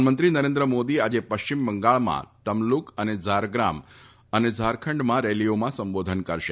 પ્રધાનમંત્રી નરેન્દ્ર મોદી આજે પશ્ચિમ બંગાળમાં તમલુક તથા ઝારગ્રામ અને ઝારખંડમાં રેલીઓમાં સંબોધન કરશે